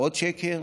עוד שקר.